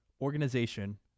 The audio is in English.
organization